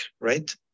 right